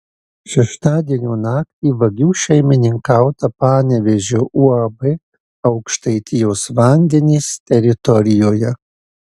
šeštadienio naktį vagių šeimininkauta panevėžio uab aukštaitijos vandenys teritorijoje